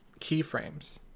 keyframes